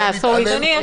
לגנב.